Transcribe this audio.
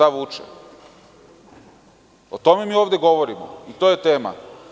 O tome mi ovde govorimo i to je tema.